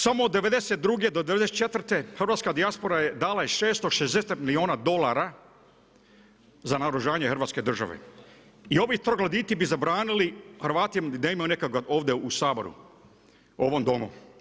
Samo od '92. do '94. hrvatska dijaspora je dala 660 milijuna dolara za naoružanje Hrvatske države i ovi trogloditi bi zabranili Hrvatima da imaju nekoga ovdje u Saboru u ovom Domu.